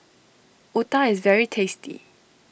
Otah is very tasty